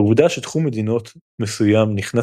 העובדה שתחום מדיניות מסוים נכנס